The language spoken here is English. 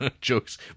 jokes